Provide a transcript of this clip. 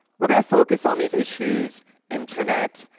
we're going to focus on these issues internet,